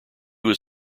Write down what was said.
was